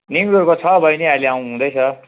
Negro त छ बैनी आउनुहुँदैछ